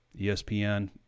ESPN